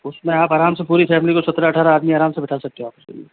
उसमें आप आराम से पूरी फैमिली को सत्रह अट्ठारह आदमी आराम से बैठा सकते हो आप उसमें